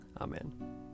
Amen